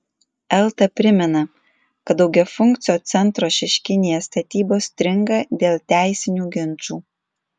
elta primena kad daugiafunkcio centro šeškinėje statybos stringa dėl teisinių ginčų